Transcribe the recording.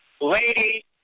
Lady